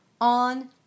on